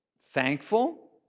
thankful